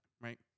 right